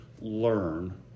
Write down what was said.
learn